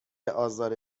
آزار